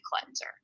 cleanser